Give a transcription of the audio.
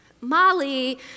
molly